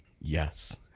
yes